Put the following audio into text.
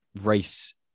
race